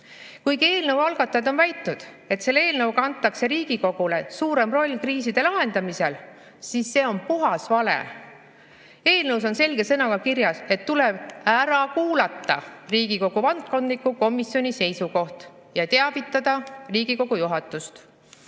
eelnõu algatajad on väitnud, et selle eelnõuga antakse Riigikogule suurem roll kriiside lahendamisel, on see puhas vale. Eelnõus on selge sõnaga kirjas, et tuleb ära kuulata Riigikogu valdkondliku komisjoni seisukoht ja teavitada Riigikogu juhatust.